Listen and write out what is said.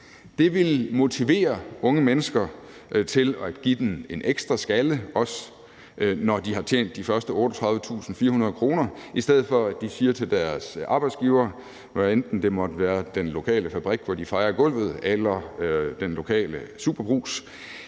Det ville motivere unge mennesker til at give den en ekstra skalle, også når de har tjent de første 38.400 kr., i stedet for at de siger til deres arbejdsgiver, hvad enten det måtte være på den lokale fabrik, hvor de fejer gulvet, eller i den lokale SuperBrugs: